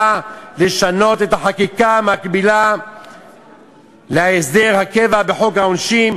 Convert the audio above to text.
לשנות את החקיקה המקבילה להסדר הקבוע בחוק העונשין,